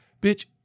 bitch